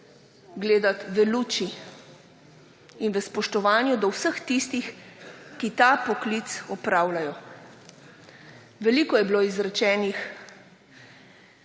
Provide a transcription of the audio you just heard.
gledati v luči in v spoštovanju do vseh tistih, ki ta poklic opravljajo. Veliko je bilo izrečenih